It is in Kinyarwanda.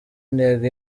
intego